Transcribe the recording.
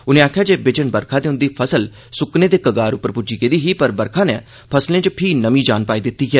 उनें आखेआ जे बिजन बरखा दे उंदी फसल सुक्कने दे कगार उप्पर पुज्जी गेदी ही पर बरखा नै फसलें च पही नमीं जान पाई दित्ती ऐ